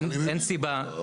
אין סיבה --- אתה מבין?